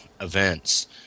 events